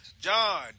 John